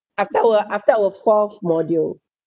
after our after our fourth module